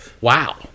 Wow